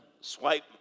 swipe